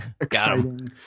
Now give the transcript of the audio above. exciting